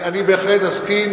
אני בהחלט אסכים.